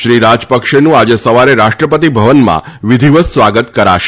શ્રી રાજપક્ષેનું આજે સવારે રાષ્ટ્રપતી ભવનમાં વિધિવત સ્વાગત કરશે